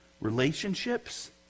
Relationships